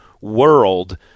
world